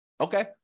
Okay